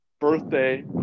birthday